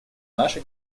наши